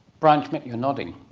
brian schmidt, you are nodding.